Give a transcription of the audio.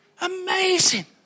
Amazing